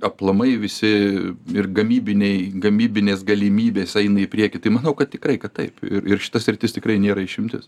aplamai visi ir gamybiniai gamybinės galimybės eina į priekį tai manau kad tikrai kad taip ir ir šita sritis tikrai nėra išimtis